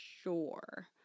sure